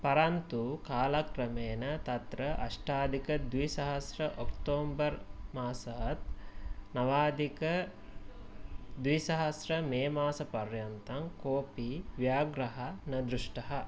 परन्तु कालक्रमेण तत्र अष्टाधिकद्विसहस्र अक्टोबर् मासात् नवादिकद्विसहस्र मे मासपर्यन्तं कोऽपि व्याघ्रः न दृष्टः